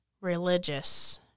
religious